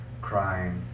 crying